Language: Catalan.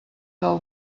del